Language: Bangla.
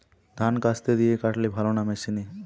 ধান কাস্তে দিয়ে কাটলে ভালো না মেশিনে?